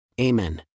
Amen